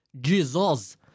Jesus